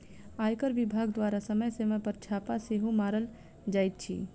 आयकर विभाग द्वारा समय समय पर छापा सेहो मारल जाइत अछि